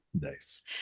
Nice